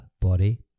body